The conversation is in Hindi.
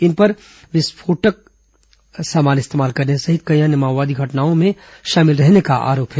इन पर आईईडी विस्फोट करने सहित कई अन्य माओवादी घटनाओं में शामिल रहने का आरोप है